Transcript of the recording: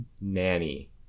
Nanny